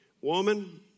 Woman